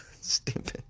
Stupid